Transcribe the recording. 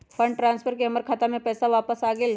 हमर fund transfer हमर खाता में वापस आ गेल